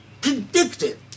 predicted